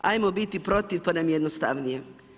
Ajmo biti protiv pa nam je jednostavnije.